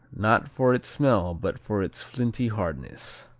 not for its smell but for its flinty hardness.